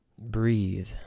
breathe